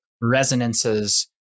resonances